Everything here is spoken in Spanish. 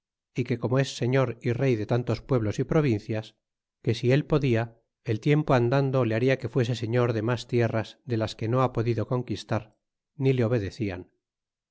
é que como es señor y rey de tantos pueblos y provincias que si él podia el tiempo andando le haria que fuese señor de mas tierras de las que no ha podido conquistar ni le